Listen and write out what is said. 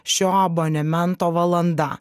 šio abonemento valanda